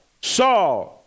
saw